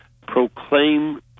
proclaim